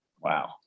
Wow